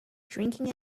drinking